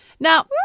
Now